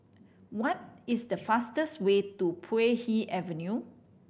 what is the fastest way to Puay Hee Avenue